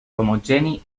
homogeni